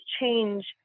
change